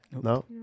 No